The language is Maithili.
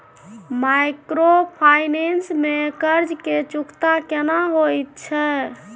माइक्रोफाइनेंस में कर्ज के चुकता केना होयत छै?